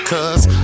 Cause